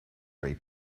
free